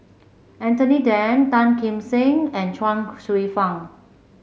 Anthony Then Tan Kim Seng and Chuang Hsueh Fang